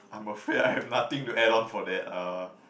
I'm afraid I have nothing to add on for that uh